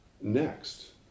next